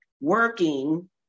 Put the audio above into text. working